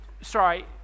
sorry